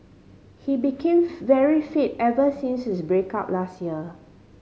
he became very fit ever since his break up last year